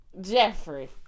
Jeffrey